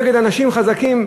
נגד אנשים חזקים,